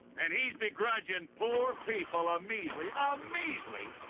and he's begrudging poor people a measly. ah a measly,